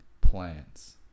plants